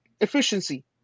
efficiency